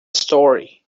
story